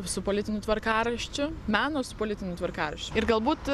su politiniu tvarkaraščiu meno su politiniu tvarkaraščiu ir galbūt